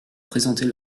présenter